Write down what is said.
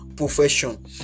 profession